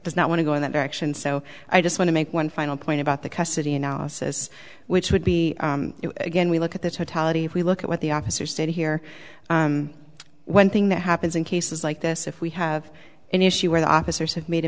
does not want to go in that direction so i just want to make one final point about the custody analysis which would be again we look at the totality if we look at what the officer said here one thing that happens in cases like this if we have an issue where the officers have made a